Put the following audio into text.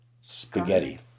spaghetti